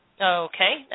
Okay